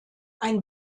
ein